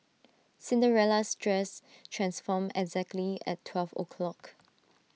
Cinderella's dress transformed exactly at twelve o'clock